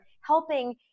helping